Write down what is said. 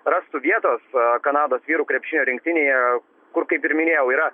rastų vietos kanados vyrų krepšinio rinktinėje kur kaip ir minėjau yra